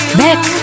back